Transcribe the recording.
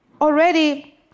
Already